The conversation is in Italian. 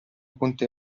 conte